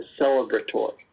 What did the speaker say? celebratory